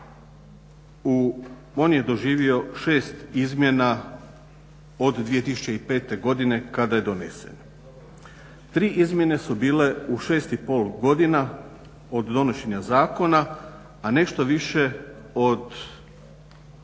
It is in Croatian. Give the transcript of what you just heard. on je doživio 6 izmjena od 2005. godine kada je donesen. Tri izmjene su bile u 6,5 godina od donošenja zakona, a nešto više od